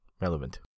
relevant